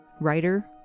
Writer